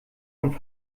und